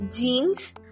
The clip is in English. Jeans